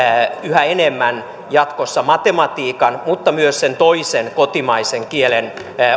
yhä enemmän jatkossa matematiikan mutta myös sen toisen kotimaisen kielen